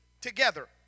together